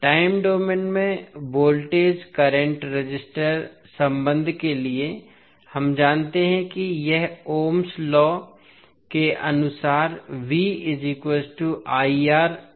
time domain में voltage current resistor संबंध के लिए हम जानते हैं कि यह ओम लॉ के अनुसार v iR द्वारा दिया गया है